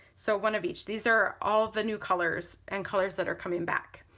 so one of each. these are all the new colors and colors that are coming back.